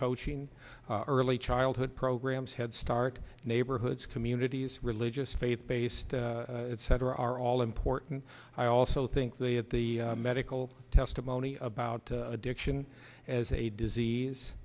coaching early childhood programs head start neighborhoods communities religious faith based center are all important i also think they have the medical testimony about addiction as a disease